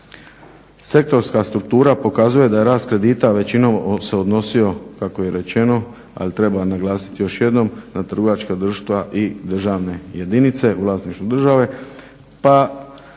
Sektorska struktura pokazuje da je rast kredita većinom se odnosio kako je i rečeno, ali treba naglasiti još jednom, na trgovačka društva i državne jedinice u vlasništvu države,